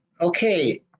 okay